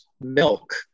milk